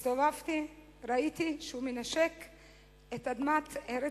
הסתובבתי, ראיתי שהוא מנשק את אדמת ארץ-ישראל.